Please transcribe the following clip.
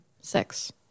Six